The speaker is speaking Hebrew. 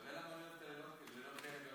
אתה יודע למה אני אוהב לילות כאלה במליאה?